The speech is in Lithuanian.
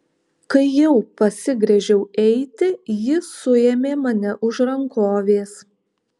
kai jau pasigręžiau eiti ji suėmė mane už rankovės